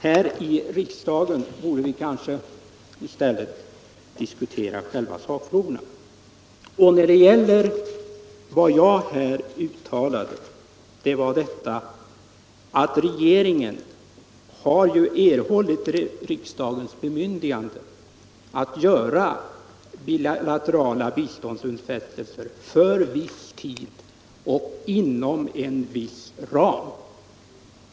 Här i riksdagen bör vi diskutera själva sakfrågorna. Och vad jag här uttalade var att regeringen ju har erhållit riksdagens bemyndigande att göra bilaterala biståndsutfästelser för viss tid och inom en viss ram.